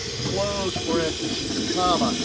close parentheses, comma.